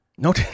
No